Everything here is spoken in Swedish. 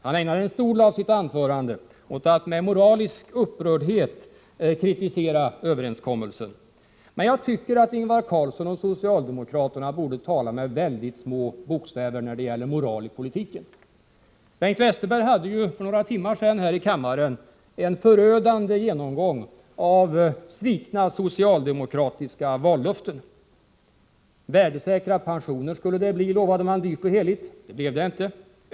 Han ägnade en stor del av sitt anförande åt att med moralisk upprördhet kritisera överenskommelsen. Men jag tycker att Ingvar Carlsson och socialdemokraterna borde tala med mycket små bokstäver när det gäller moral i politiken. Bengt Westerberg hade för några timmar sedan här i kammaren en förödande genomgång av svikna socialdemokratiska vallöften. Värdesäkra pensioner skulle det bli, lovade socialdemokraterna dyrt och heligt. Det blev det inte.